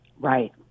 Right